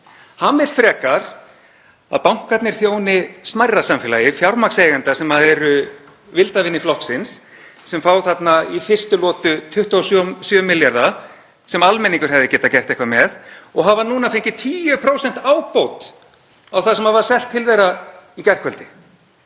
Hann vill frekar að bankarnir þjóni smærra samfélagi fjármagnseigenda sem eru vildarvinir flokksins sem fá þarna í fyrstu lotu 27 milljarða sem almenningur hefði getað gert eitthvað með, og hafa núna fengið 10% ábót á það sem var selt til þeirra í gærkvöldi.